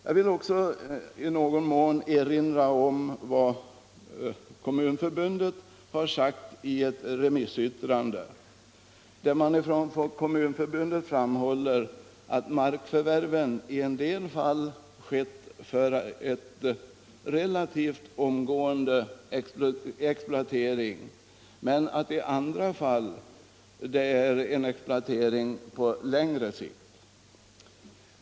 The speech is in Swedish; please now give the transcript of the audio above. Jag vill också erinra om vad Kommunförbundet har anfört i sitt remissvar. Man framhåller att markförvärven i en del fall har skett för relativt omgående exploatering men i andra fall för exploatering på längre sikt.